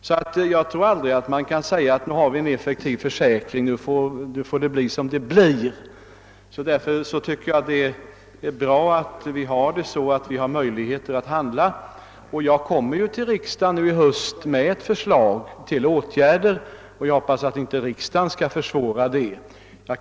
Vi kan nog aldrig säga: »Nu har vi en effektiv försäkring, så nu får det bli som det blir.» Därför tycker jag att det är bra att vi har möjligheter att handla. Jag kommer nu i höst att förelägga riksdagen ett förslag till åtgärder, och jag hoppas att riksdagen inte skall försvåra deras genomförande.